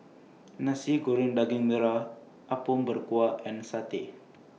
Nasi Goreng Daging Merah Apom Berkuah and Satay